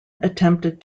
attempted